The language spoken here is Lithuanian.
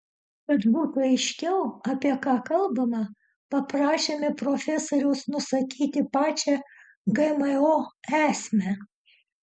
kad būtų aiškiau apie ką kalbama paprašėme profesoriaus nusakyti pačią gmo esmę